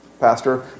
Pastor